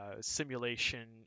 simulation